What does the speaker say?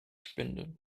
spinde